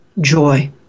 joy